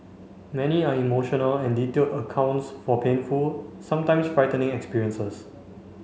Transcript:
many are emotional and detailed accounts for painful sometimes frightening experiences